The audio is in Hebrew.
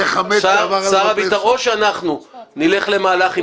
או שאנחנו נלך למהלך,